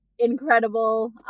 incredible